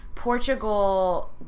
Portugal